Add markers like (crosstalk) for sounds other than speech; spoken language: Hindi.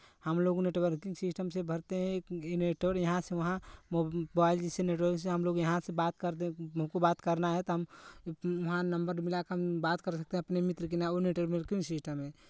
हमलोग नेटवर्किंग सिस्टम से भरते हैं (unintelligible) यहाँ से वहाँ मोबाइल जैसे नेटवर्क से हमलोग यहाँ से बात करते हमको बात करना है तो हम वहाँ नंबर मिला कर बात कर सकते हैं अपने मित्र (unintelligible) वो नेटवर्किंग सिस्टम है